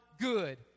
good